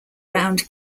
round